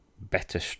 better